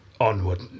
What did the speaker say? Onward